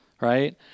right